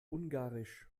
ungarisch